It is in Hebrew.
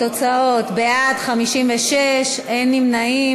ההצעה להעביר את הצעת חוק הביטוח הלאומי (תיקון,